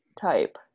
type